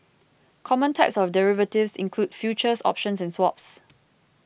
common types of derivatives include futures options and swaps